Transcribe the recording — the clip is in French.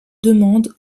demandes